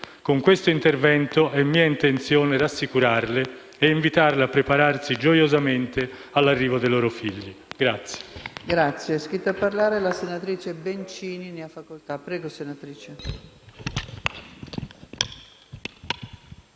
Con questo intervento è mia intenzione rassicurarle e invitarle a prepararsi gioiosamente all'arrivo dei loro figli.